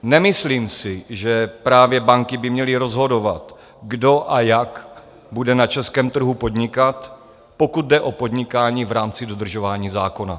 Nemyslím si, že právě banky by měly rozhodovat, kdo a jak bude na českém trhu podnikat, pokud jde o podnikání v rámci dodržování zákona.